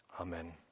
Amen